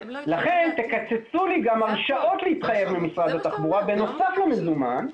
לכן תקצצו לי גם הרשאות להתחייב במשרד התחבורה בנוסף למזומן,